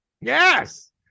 yes